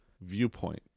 viewpoint